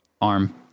arm